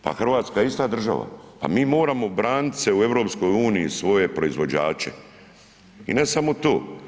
Pa Hrvatska je ista država, pa mi moram branit se u EU svoje proizvođače i ne samo to.